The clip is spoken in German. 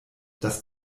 das